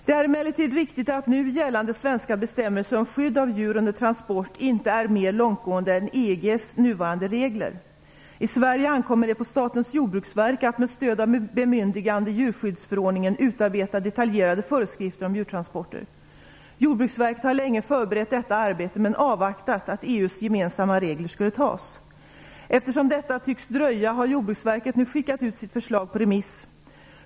Det är emellertid riktigt att nu gällande svenska bestämmelser om skydd av djur under transport inte är mer långtgående än EU:s nuvarande regler. I Sverige ankommer det på Statens jordbruksverk att med stöd av bemyndigande i djurskyddsförordningen utarbeta detaljerade föreskrifter om djurtransporter. Jordbruksverket har länge förberett detta arbete men avvaktat att EU:s gemensamma regler skulle antas. Eftersom detta tycks dröja har Jordbruksverket nu skickat ut sitt förslag på remiss.